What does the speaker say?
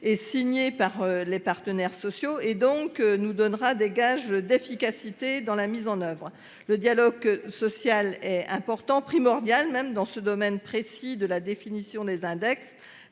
et signé par les partenaires sociaux et donc nous donnera des gages d'efficacité dans la mise en oeuvre le dialogue social important primordial, même dans ce domaine précis de la définition des index